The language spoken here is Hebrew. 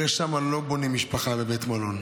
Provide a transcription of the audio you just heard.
הרי שם לא בונים משפחה, בבית מלון.